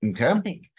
okay